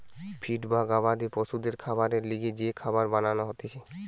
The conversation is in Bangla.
ফিড বা গবাদি পশুদের খাবারের লিগে যে খাবার বানান হতিছে